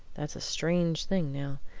that's a strange thing, now.